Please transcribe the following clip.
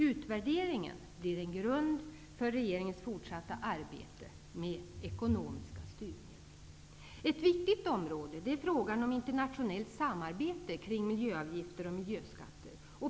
Utvärderingen blir en grund för regeringens fortsatta arbete med ekonomiska styrmedel. Ett viktigt område är frågan om internationellt samarbete kring miljöavgifter och miljöskatter.